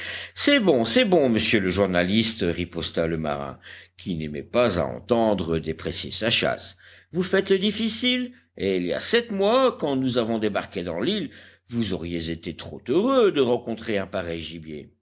c'est bon c'est bon monsieur le journaliste riposta le marin qui n'aimait pas à entendre déprécier sa chasse vous faites le difficile et il y a sept mois quand nous avons débarqué dans l'île vous auriez été trop heureux de rencontrer un pareil gibier